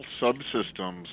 subsystems